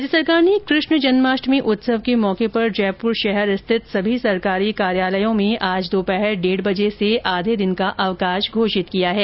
राज्य सरकार ने कृष्ण जन्माष्टमी उत्सव के मौके पर जयपुर शहर स्थित सभी सरकारी कार्यालयों में आज दोपहर डेढ बजे से आधे दिन का अवकाश घोषित किया है